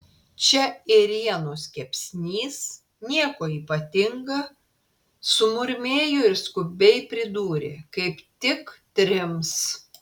čia ėrienos kepsnys nieko ypatinga sumurmėjo ir skubiai pridūrė kaip tik trims